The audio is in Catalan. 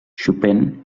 chopin